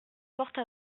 porte